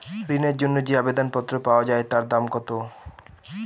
ঋণের জন্য যে আবেদন পত্র পাওয়া য়ায় তার দাম কত?